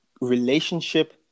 relationship